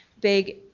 big